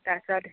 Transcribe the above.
তাৰপাছত